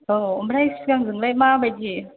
औ ओमफ्राय सिगांजोंलाय माबायदि